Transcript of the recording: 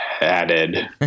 added